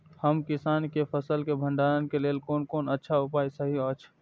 हम किसानके फसल के भंडारण के लेल कोन कोन अच्छा उपाय सहि अछि?